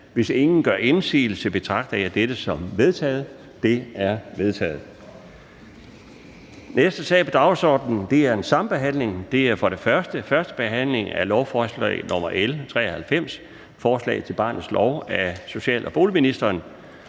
Hvis ingen gør indsigelse, betragter jeg dette som vedtaget. Det er vedtaget. --- Det næste punkt på dagsordenen er: 4) 1. behandling af lovforslag nr. L 93: Forslag til barnets lov. Af social- og boligministeren